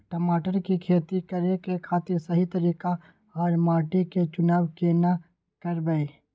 टमाटर की खेती करै के खातिर सही तरीका आर माटी के चुनाव केना करबै?